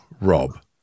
rob